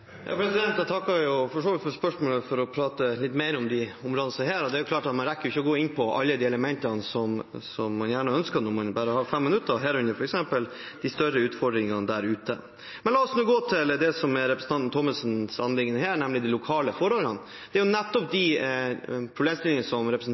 Jeg takker for så vidt for spørsmålet og for å få prate litt mer om disse områdene. Det er klart at man ikke rekker å gå inn på alle elementene som man gjerne ønsker, når man bare har 5 minutter – herunder f.eks. de større utfordringene der ute. La oss gå til det som er representanten Thommessens anliggende her, nemlig de lokale forholdene. Det er nettopp de